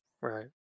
right